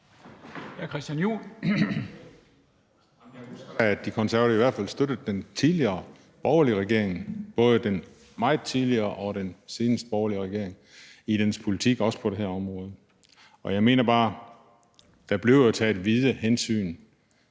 jeg husker, at De Konservative i hvert fald støttede den tidligere borgerlige regering – både den meget tidligere og den seneste borgerlige regering – i dens politik, også på det her område. Jeg mener bare: Der bliver jo taget vide hensyn.